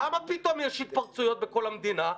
למה פתאום יש התפרצויות בכל המדינה?